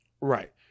Right